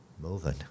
moving